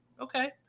Okay